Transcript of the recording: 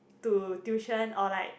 to tuition or like